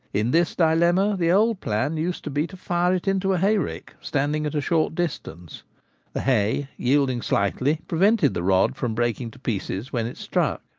in this dilemma the old plan used to be to fire it into a hayrick, standing at a short distance the hay, yielding slightly, prevented the rod from breaking to pieces when it struck.